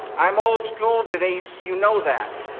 i'm old-school, denise! you know that!